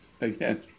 again